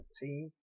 team